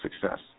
success